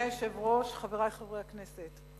אדוני היושב-ראש, חברי חברי הכנסת,